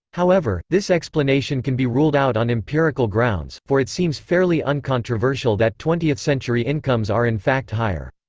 however, this explanation can be ruled out on empirical grounds, for it seems fairly uncontroversial that twentiethcentury incomes are in fact higher.